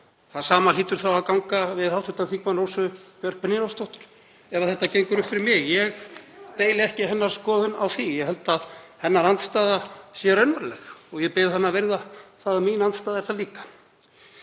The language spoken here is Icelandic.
Það sama hlýtur þá að eiga við um hv. þm. Rósu Björk Brynjólfsdóttur ef þetta gengur upp fyrir mig. Ég deili ekki hennar skoðun á því. Ég held að hennar andstaða sé raunveruleg og ég bið hana að virða það að mín andstaða er það líka.